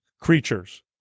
creatures